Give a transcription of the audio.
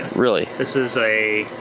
really? this is a